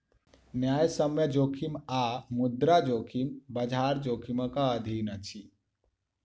न्यायसम्य जोखिम आ मुद्रा जोखिम, बजार जोखिमक अधीन अछि